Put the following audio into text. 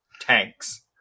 tanks